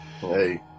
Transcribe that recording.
Hey